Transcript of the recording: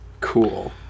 Cool